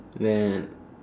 then